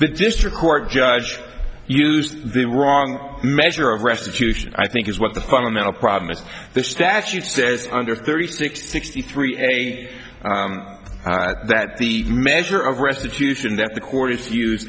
the district court judge used the wrong measure of restitution i think is what the fundamental problem is the statute says under thirty six sixty three a that the measure of restitution that the courts use